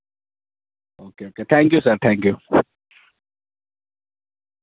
okay okay thank you sir thank you